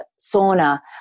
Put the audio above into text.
sauna